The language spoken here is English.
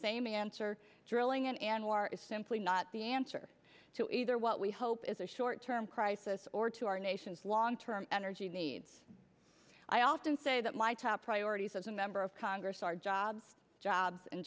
same answer drilling in anwar is simply not the answer to either what we hope is a short term crisis or to our nation's long term energy needs i often say that my top priorities as a member of congress are jobs jobs